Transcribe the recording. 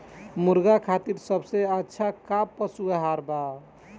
मुर्गा खातिर सबसे अच्छा का पशु आहार बा?